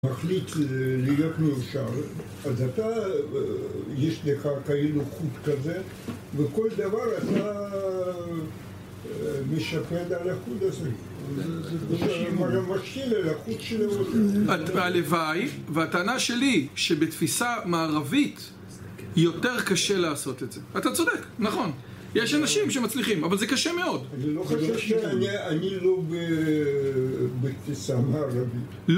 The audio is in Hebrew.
אני מחליט להיות מאושר, אז אתה, יש לך כאילו חוט כזה, וכל דבר אתה משפט על החוט הזה. זה משאיר על החוט שלנו. הלוואי והטענה שלי שבתפיסה מערבית יותר קשה לעשות את זה. אתה צודק, נכון. יש אנשים שמצליחים, אבל זה קשה מאוד. אני לא חושב שאני לא בתפיסה מערבית.